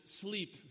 sleep